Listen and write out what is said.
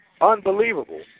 Unbelievable